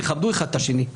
תכבדו אחד את השני,